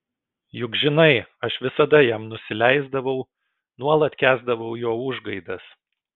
juk žinai aš visada jam nusileisdavau nuolat kęsdavau jo užgaidas